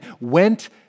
went